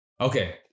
okay